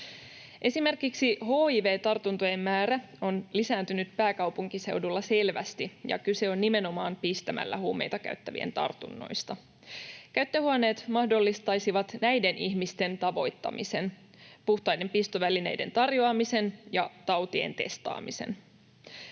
Esimerkiksi hiv-tartuntojen määrä on lisääntynyt pääkaupunkiseudulla selvästi, ja kyse on nimenomaan pistämällä huumeita käyttävien tartunnoista. Käyttöhuoneet mahdollistaisivat näiden ihmisten tavoittamisen, puhtaiden pistovälineiden tarjoamisen ja tautien testaamisen.